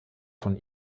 von